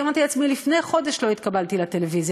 אמרתי לעצמי: לפני חודש לא התקבלתי לטלוויזיה,